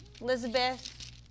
Elizabeth